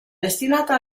destinata